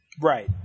Right